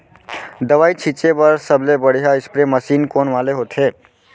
दवई छिंचे बर सबले बढ़िया स्प्रे मशीन कोन वाले होथे?